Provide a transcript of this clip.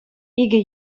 икӗ